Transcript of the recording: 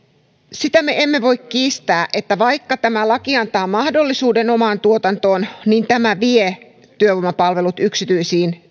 sitä me emme voi kiistää että vaikka tämä laki antaa mahdollisuuden omaan tuotantoon niin tämä vie työvoimapalvelut yksityisiin